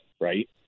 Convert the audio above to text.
right